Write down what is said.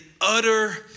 utter